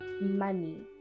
money